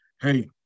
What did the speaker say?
hey